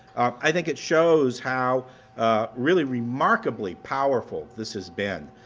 i think it shows how really remarkably powerful this has been.